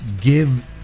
give